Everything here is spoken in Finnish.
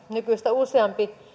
nykyistä useampi